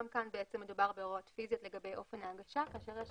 גם כאן מדובר בהוראות פיזיות לגבי אופן ההגשה כאשר יש